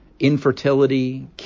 Infertility